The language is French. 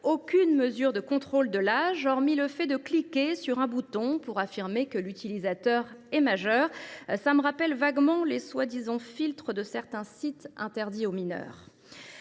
aucune mesure de contrôle de l’âge ; il suffit de cliquer sur un bouton pour affirmer que l’utilisateur est majeur. Cela me rappelle vaguement les soi disant « filtres » de certains sites interdits aux mineurs…